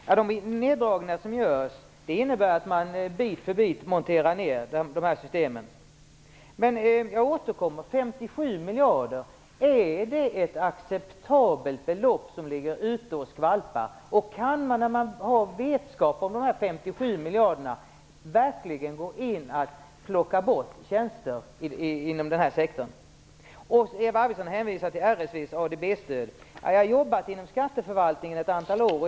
Fru talman! De neddragningar som görs innebär att man bit för bit monterar ner dessa system. Jag återkommer till min fråga: Är det acceptabelt att 57 miljarder ligger och skvalpar? Kan man, när man har vetskap om dessa 57 miljarder, verkligen plocka bort tjänster inom den här sektorn? Eva Arvidsson hänvisar till RSV:s ADB-stöd. Jag har jobbat inom skatteförvaltningen ett antal år.